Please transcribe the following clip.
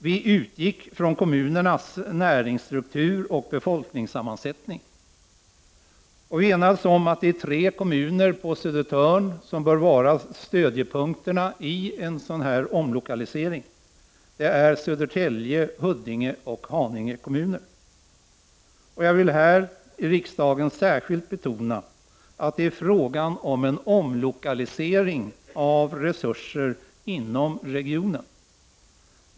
Vi utgick från kommunernas näringsstruktur och befolkningssammansättning, och vi enades om att tre kommuner på Södertörn bör vara stödjepunkterna i en sådan här omlokalisering: Södertälje, Huddinge och Haninge. Jag vill här i riksdagen särskilt betona att det är fråga om en omlokalisering av resurser inom kommunen.